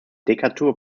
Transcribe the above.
decatur